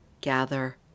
Gather